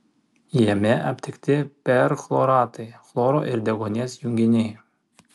jame aptikti perchloratai chloro ir deguonies junginiai